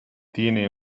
tiene